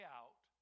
out